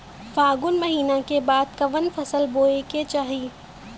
फागुन महीना के बाद कवन फसल बोए के चाही?